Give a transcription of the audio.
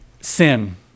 sin